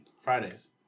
Fridays